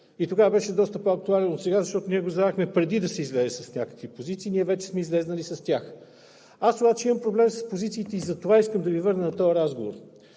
и тогава беше доста по-актуален отсега, защото ние го зададохме преди да се излезе с някакви позиции, а вече сме излезнали с тях. Аз обаче имам проблем с позициите и затова искам да Ви върна на този разговор.